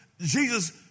Jesus